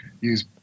Use